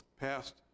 passed